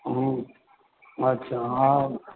ह्म्म अच्छा हा